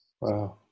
Wow